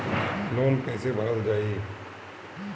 Loan कैसे भरल जाइ?